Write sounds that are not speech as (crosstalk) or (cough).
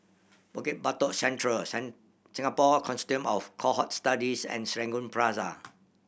Bukit Batok Central (unintelligible) Singapore Consortium of Cohort Studies and Serangoon Plaza